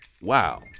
wow